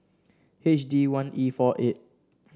H D one E four eight